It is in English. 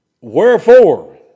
Wherefore